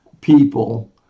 people